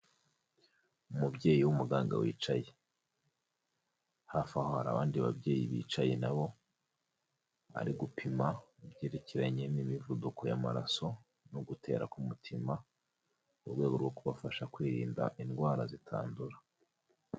Umubyeyi w'umuganga wicaye hafi aho hari abandi babyeyi bicaye na bo, ari gupima ibyerekeranye n'imivuduko y'amaraso no gutera k'umutima mu rwego rwo kubafasha kwirinda indwara zitandura.